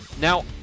Now